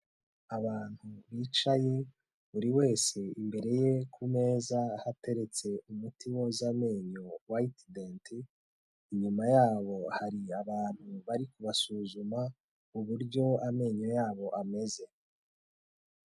Abantu bicaye, buri wese imbere ye ku meza, hateretse umuti woza amenyo Whitedent. Inyuma yabo hari abantu bari kubasuzuma, uburyo amenyo yabo ameze.